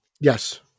Yes